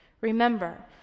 Remember